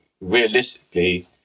realistically